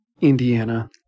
Indiana